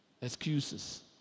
Excuses